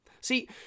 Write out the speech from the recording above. See